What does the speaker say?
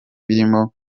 birimo